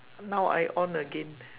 now I on again